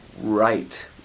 right